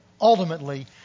Ultimately